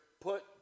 put